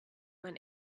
man